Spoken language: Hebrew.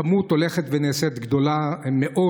היום הכמות של אותן משפחות הולכת ונעשית גדולה מאוד.